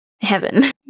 heaven